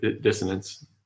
dissonance